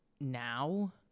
now